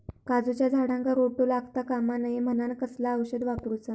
काजूच्या झाडांका रोटो लागता कमा नये म्हनान कसला औषध वापरूचा?